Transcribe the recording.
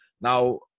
now